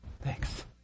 Thanks